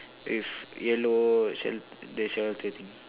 with yellow shell~ the shelter thing